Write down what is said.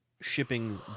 shipping